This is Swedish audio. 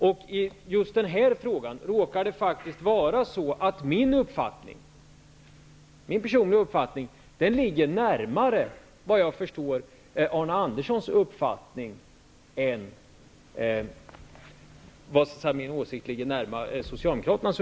I just den här frågan råkar det såvitt jag förstår faktiskt vara så att min personliga uppfattning ligger närmare Arne Anderssons uppfattning än socialdemokraternas.